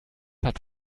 hat